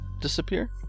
disappear